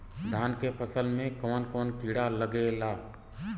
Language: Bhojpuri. धान के फसल मे कवन कवन कीड़ा लागेला?